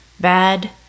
bad